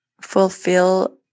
fulfill